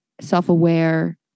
self-aware